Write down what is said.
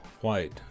White